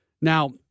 Now